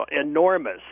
enormous